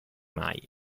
mai